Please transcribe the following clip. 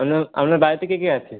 বললাম আপনার বাড়িতে কে কে আছে